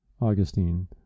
Augustine